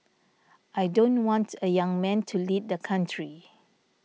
I don't want a young man to lead the country